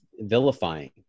vilifying